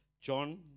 John